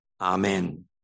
amen